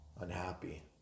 unhappy